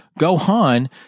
Gohan